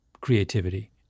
creativity